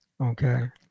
Okay